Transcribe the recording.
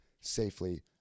safely